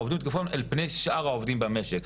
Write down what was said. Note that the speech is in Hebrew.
או עובדים בתקופה מוגנת אחרים אל מול שאר העובדים במשק.